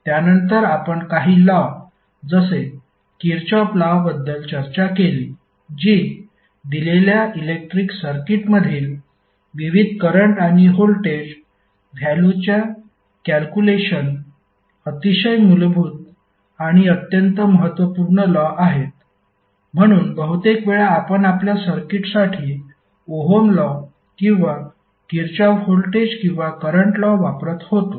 त्यानंतर आपण काही लॉ जसे किरचॉफ लॉ बद्दल चर्चा केली जी दिलेल्या इलेक्ट्रिक सर्किटमधील विविध करंट आणि व्होल्टेज व्हॅल्युच्या कॅल्क्युलेशन अतिशय मूलभूत आणि अत्यंत महत्त्वपूर्ण लॉ आहेत म्हणून बहुतेक वेळा आपण आपल्या सर्किटसाठी ओहम लॉ किंवा किरचॉफ व्होल्टेज किंवा करंट लॉ वापरत होतो